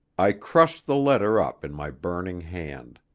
i crushed the letter up in my burning hand.